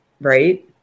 right